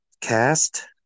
cast